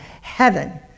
heaven